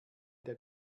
der